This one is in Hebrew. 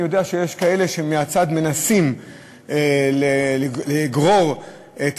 אני יודע שיש כאלה מהצד שמנסים לגרור את